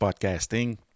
podcasting